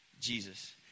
Jesus